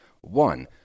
One